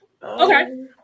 Okay